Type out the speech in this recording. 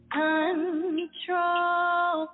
control